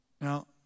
Now